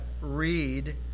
read